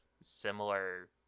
similar